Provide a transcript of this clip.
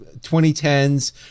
2010s